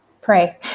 pray